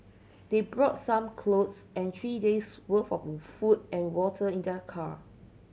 they brought some clothes and three days' worth of food and water in their car